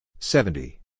Seventy